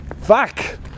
Fuck